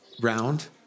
round